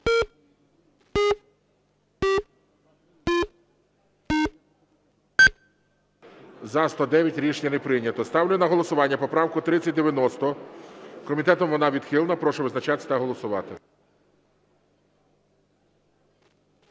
За-109 Рішення не прийнято. Ставлю на голосування поправку 3090. Комітетом вона відхилена. Прошу визначатися та голосувати.